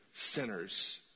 sinners